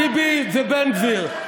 טיבי ובן גביר.